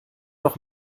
noch